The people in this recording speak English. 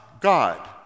God